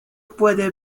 puede